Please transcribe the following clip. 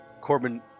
Corbin